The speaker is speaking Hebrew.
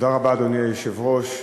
אדוני היושב-ראש,